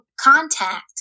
contact